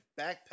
backpack